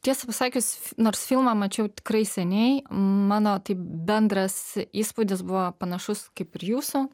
tiesą pasakius nors filmą mačiau tikrai seniai mano tai bendras įspūdis buvo panašus kaip ir jūsų